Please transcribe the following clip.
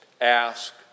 Ask